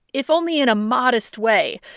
if only in a modest way,